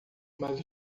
mas